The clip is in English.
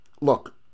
look